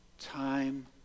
time